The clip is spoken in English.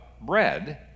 bread